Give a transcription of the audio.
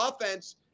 offense